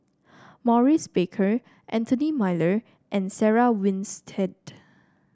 Maurice Baker Anthony Miller and Sarah Winstedt